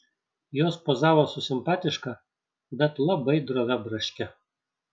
jos pozavo su simpatiška bet labai drovia braške